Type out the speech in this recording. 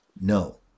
No